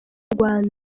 rwanda